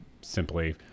simply